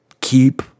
keep